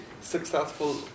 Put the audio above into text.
successful